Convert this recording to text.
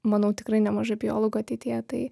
manau tikrai nemažai biologų ateityje tai